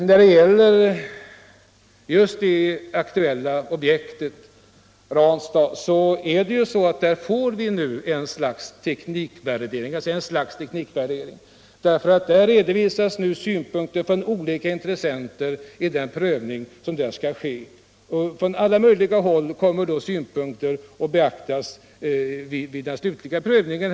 När det gäller just det aktuella objektet, Ranstad, får vi nu ett slags teknikvärdering; det redovisas synpunkter från olika intressenter inför den prövning som där skall ske. Synpunkter från alla möjliga håll kommer att beaktas vid den slutliga prövningen.